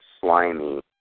slimy